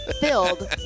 filled